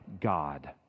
God